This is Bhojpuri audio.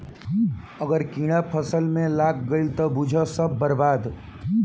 अगर कीड़ा फसल में लाग गईल त बुझ सब बर्बाद